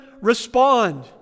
respond